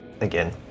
again